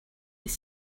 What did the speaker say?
they